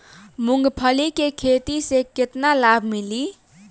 मूँगफली के खेती से केतना लाभ मिली?